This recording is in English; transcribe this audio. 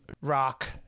rock